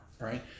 right